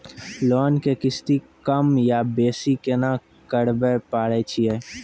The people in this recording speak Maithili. लोन के किस्ती कम या बेसी केना करबै पारे छियै?